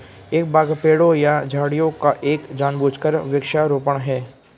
एक बाग पेड़ों या झाड़ियों का एक जानबूझकर वृक्षारोपण है